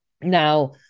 Now